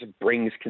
brings